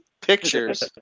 pictures